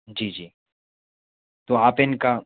जी जी तो आप इनका